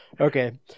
okay